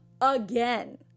again